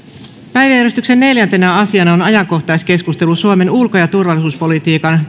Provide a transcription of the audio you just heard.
päiväjärjestyksen neljäntenä asiana on ajankohtaiskeskustelu suomen ulko ja turvallisuuspolitiikan